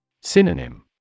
Synonym